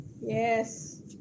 Yes